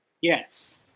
Yes